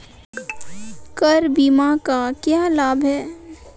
Car बीमा का क्या लाभ है?